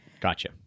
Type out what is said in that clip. Gotcha